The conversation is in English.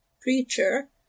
preacher